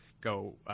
go